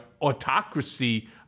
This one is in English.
autocracy